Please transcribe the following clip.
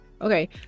Okay